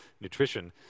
nutrition